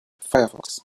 firefox